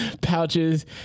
pouches